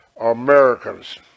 Americans